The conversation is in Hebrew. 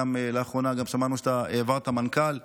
לאחרונה גם שמענו שהעברת מנכ"ל,